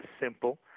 simple